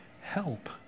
help